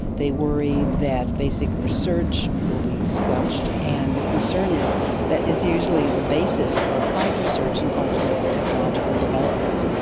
they worry that basic research will be squelched, and the concern is that is usually the basis for applied research and ultimate technological developments.